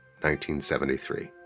1973